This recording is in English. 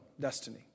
destiny